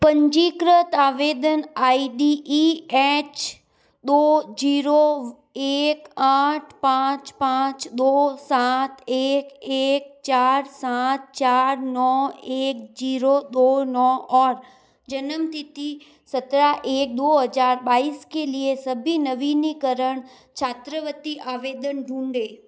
पंजीकृत आवेदन I D E H दो जीरो एक आठ पाँच पाँच दो सात एक एक चार सात चार नौ एक जीरो दो नौ और जन्म तिथि सत्रह एक दो हज़ार बाईस के लिए सभी नवीनीकरण छात्रवृत्ति आवेदन ढूंढें